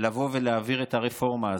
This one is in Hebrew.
לבוא ולהעביר את הרפורמה הזאת.